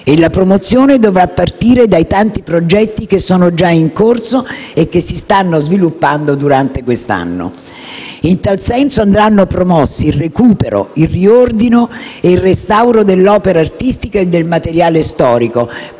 E la promozione dovrà partire dai tanti progetti che sono già in corso e che si stanno sviluppando durante quest'anno. In tal senso dovranno essere promossi il recupero, il riordino e il restauro dell'opera artistica e del materiale storico,